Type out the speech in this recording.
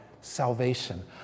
salvation